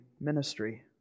ministry